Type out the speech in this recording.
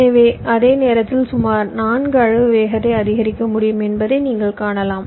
எனவே அதே நேரத்தில் சுமார் 4 அளவு வேகத்தை அதிகரிக்க முடியும் என்பதை நீங்கள் காணலாம்